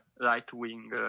right-wing